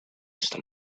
esta